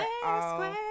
square